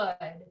good